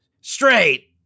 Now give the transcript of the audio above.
straight